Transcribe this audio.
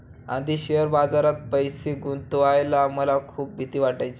आधी शेअर बाजारात पैसे गुंतवायला मला खूप भीती वाटायची